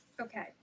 Okay